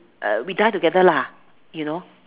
uh we die together lah you know